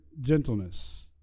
gentleness